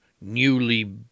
newly